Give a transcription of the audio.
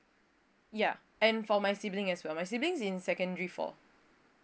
ya and for my sibling as well my sibling in secondary four